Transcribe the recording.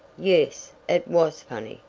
yes, it was funny,